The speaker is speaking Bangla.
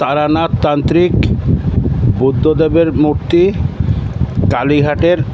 তারানাথ তান্ত্রিক বুদ্ধদেবের মূর্তি কালীঘাটের